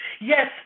Yes